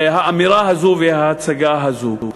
האמירה הזו וההצגה הזו.